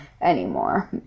anymore